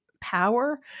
power